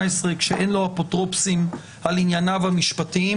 כשאין לו אפוטרופסים על ענייניו המשפטיים?